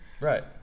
right